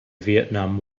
vietnam